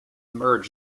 merge